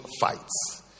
fights